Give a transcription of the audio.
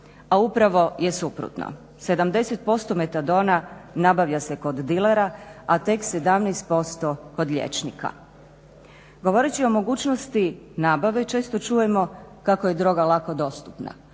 a upravo je suprotno. 70% metadona nabavlja se kod dilera, a tek 17% kod liječnika. Govoreći o mogućnosti nabave često čujemo kako je droga lako dostupna.